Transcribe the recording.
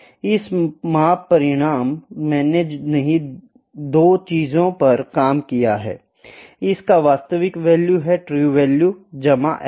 इस माप परिणाम मैंने नहीं दो चीजों पर काम किया है इसका वास्तविक वैल्यू है ट्रू वैल्यू जमा एरर